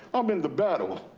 i'm in the battle.